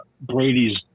Brady's